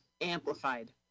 amplified